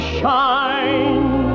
shine